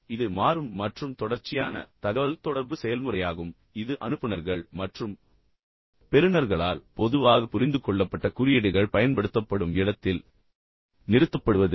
இது மாறும் மற்றும் தொடர்ச்சியான தகவல்தொடர்பு செயல்முறையாகும் இது அனுப்புநர்கள் மற்றும் பெறுநர்களால் பொதுவாக புரிந்துகொள்ளப்பட்ட குறியீடுகள் பயன்படுத்தப்படும் இடத்தில் நிறுத்தப்படுவதில்லை